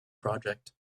project